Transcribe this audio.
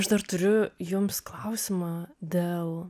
aš dar turiu jums klausimą dėl